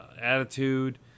attitude